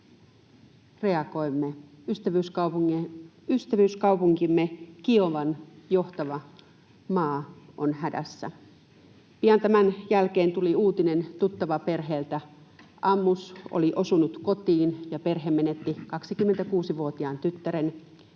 reagoimme: ystävyyskaupunkimme Kiovan johtama maa on hädässä. Pian tämän jälkeen tuli uutinen tuttavaperheeltä: ammus oli osunut kotiin, ja perhe menetti 26-vuotiaan tyttären